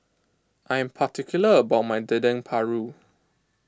I am particular about my Dendeng Paru